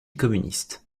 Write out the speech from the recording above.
communiste